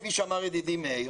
כפי שאמר ידידי מאיר